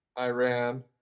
Iran